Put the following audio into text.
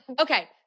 Okay